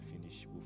finish